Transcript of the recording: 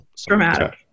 Dramatic